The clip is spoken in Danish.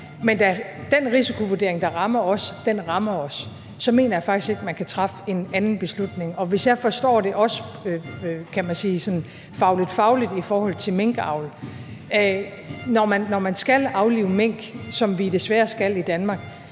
Men da den risikovurdering, der rammer os, rammer os, så mener jeg faktisk ikke, at man kan træffe en anden beslutning. Og hvis jeg også forstår det, kan man sige, sådan fagligt-fagligt i forhold til minkavl, skal vi, når man skal aflive mink, som vi desværre skal i Danmark,